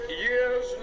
years